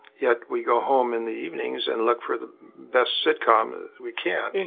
yet we go home in the evenings and look for the best sitcom we can,